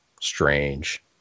strange